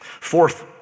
Fourth